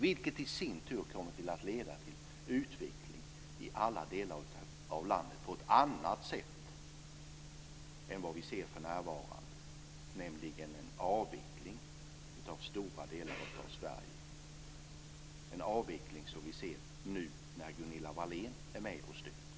Det kommer i sin tur att leda till utveckling i alla delar av landet på ett annat sätt än vad vi ser för närvarande, nämligen en avveckling av stora delar av Sverige, en avveckling som vi ser nu när Gunilla Wahlén är med och styr.